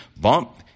bump